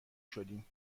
شدیم